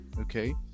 Okay